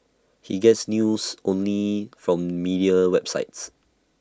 he gets news only from media websites